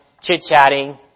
chit-chatting